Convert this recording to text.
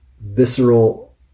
visceral